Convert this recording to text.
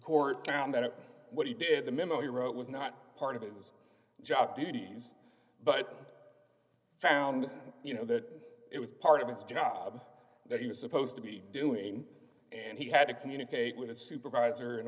court found that what he did the memo he wrote was not part of his job duties but found you know that it was part of his job that he was supposed to be doing and he had to communicate with his supervisor in